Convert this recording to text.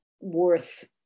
worth